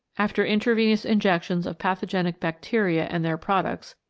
after in travenous injections of pathogenic bacteria and their products,